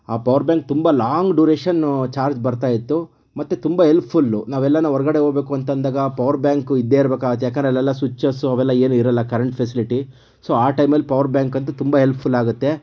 ಆ ಪವರ್ಬ್ಯಾಂಕ್ ತುಂಬ long duration charge ಬರ್ತಾ ಇತ್ತು ಮತ್ತು ತುಂಬ ಹೆಲ್ಪ್ಫುಲ್ಲು ನಾವೆಲ್ಲಾನಾ ಹೊರಗಡೆ ಹೋಗಬೇಕು ಅಂತಂದಾಗ ಪವರ್ಬ್ಯಾಂಕು ಇದ್ದೇ ಇರಬೇಕಾಗುತ್ತೆ ಯಾಕೆಂದರೆ ಅಲ್ಲೆಲ್ಲ ಸ್ವಿಚ್ಚಸ್ಸು ಅವೆಲ್ಲ ಏನೂ ಇರಲ್ಲ ಕರೆಂಟ್ ಫೆಸಿಲಿಟಿ ಸೊ ಆ ಟೈಮಲ್ಲಿ ಪವರ್ಬ್ಯಾಂಕಂತೂ ತುಂಬ ಹೆಲ್ಪ್ಫುಲ್ ಆಗುತ್ತೆ